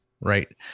right